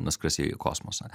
nuskris į kosmosą